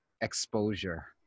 exposure